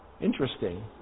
Interesting